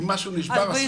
משהו נשבר.